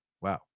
wow